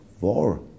war